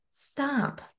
Stop